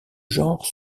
genre